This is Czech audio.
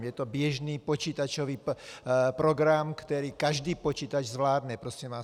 Je to běžný počítačový program, který každý počítač zvládne, prosím vás.